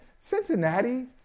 Cincinnati